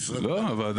לא.